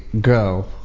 Go